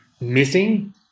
missing